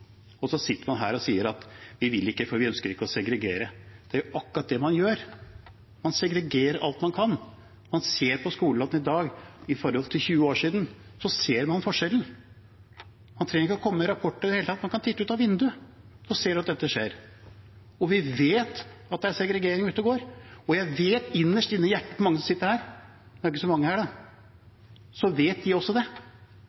Og så sitter man her og sier man ikke vil, for man ønsker ikke å segregere. Det er jo akkurat det man gjør! Man segregerer alt man kan. Hvis man ser på skolegården i forhold til for 20 år siden, ser man forskjellen. Man trenger ikke å komme med rapporter i det hele tatt – man kan titte ut av vinduet, så ser man at dette skjer. Vi vet at det er segregering ute og går. Og jeg vet at innerst inne i hjertet til mange som sitter her – det er ikke så mange